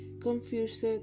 Confused